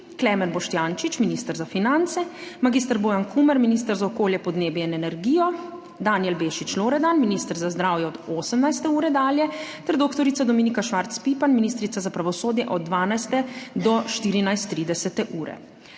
Klemen Boštjančič, minister za finance, mag. Bojan Kumer, minister za okolje, podnebje in energijo, Danijel Bešič Loredan, minister za zdravje, od 18. ure dalje ter dr. Dominika Švarc Pipan, ministrica za pravosodje, od 12. ure do 14.30. Na